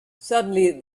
suddenly